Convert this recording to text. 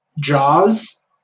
Jaws